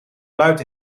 luid